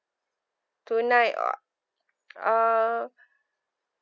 tonight or uh